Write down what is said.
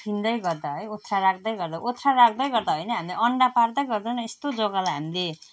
ओथ्रिँदै गर्दा है ओथ्रा राख्दै गर्दा ओथ्रा राख्दै गर्दा होइन हामीले अन्डा पार्दै गर्दा नै यस्तो जग्गालाई हामीले